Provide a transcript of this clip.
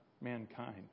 mankind